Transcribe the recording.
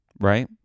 right